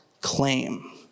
claim